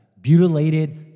butylated